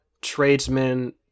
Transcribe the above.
tradesmen